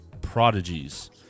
prodigies